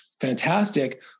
fantastic